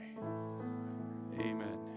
Amen